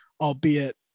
albeit